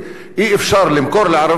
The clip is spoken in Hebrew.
אי-אפשר למכור לערבים,